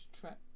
trap